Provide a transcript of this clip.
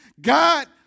God